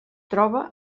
troba